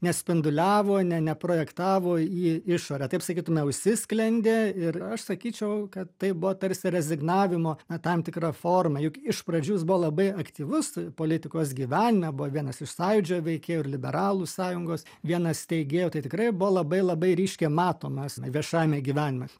nespinduliavo ne neprojektavo į išorę taip sakytume užsisklendė ir aš sakyčiau kad tai buvo tarsi rezignavimo na tam tikra forma juk iš pradžių jis buvo labai aktyvus politikos gyvenime buvo vienas iš sąjūdžio veikėjų ir liberalų sąjungos vienas steigėjų tai tikrai buvo labai labai ryškiai matomas viešajame gyvenime